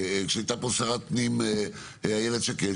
כשהייתה פה שרת הפנים איילת שקד,